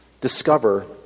discover